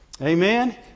Amen